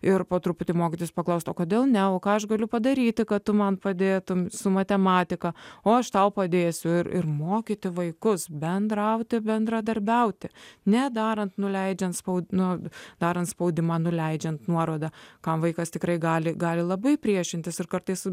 ir po truputį mokytis paklausti o kodėl ne o ką aš galiu padaryti kad tu man padėtumei su matematika o aš tau padėsiu ir ir mokyti vaikus bendrauti bendradarbiauti nedarant nuleidžiant spaudimą darant spaudimą nuleidžiant nuorodą ką vaikas tikrai gali gali labai priešintis ir kartais